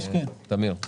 כן.